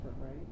right